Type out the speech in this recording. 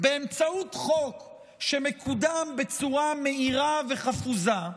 באמצעות חוק שמקודם בצורה מהירה וחפוזה,